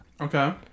okay